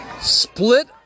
Split